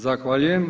Zahvaljujem.